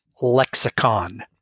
lexicon